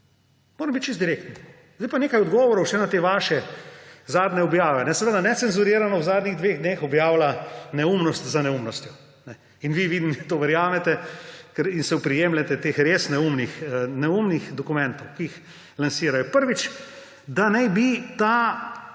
Moramo biti čisto direktni. Sedaj pa nekaj odgovorov še na te vaše zadnje objave. Seveda Necenzurirano v zadnjih dveh dneh objavlja neumnost za neumnostjo. In vi, vidim, da to verjamete in se oprijemljete teh res neumnih dokumentov, ki jih lansirajo. Prvič, da naj bi ta rešitev